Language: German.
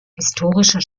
historischer